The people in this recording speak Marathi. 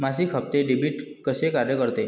मासिक हप्ते, डेबिट कसे कार्य करते